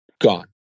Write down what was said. gone